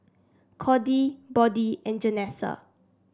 Cordie Bode and Janessa